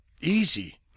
easy